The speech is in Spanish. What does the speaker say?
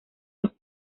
los